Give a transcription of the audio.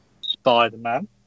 Spider-Man